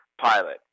pilot